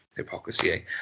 hypocrisy